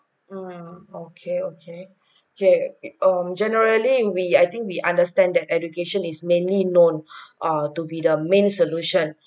mm okay okay kay um generally we I think we understand that education is mainly known err to be the main solution